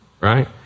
right